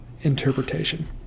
interpretation